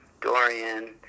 Dorian